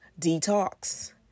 detox